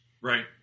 Right